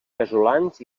casolans